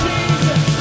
Jesus